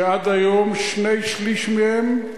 שעד היום שני-שלישים מהם,